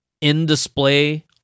in-display